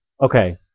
Okay